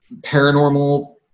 paranormal